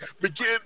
begin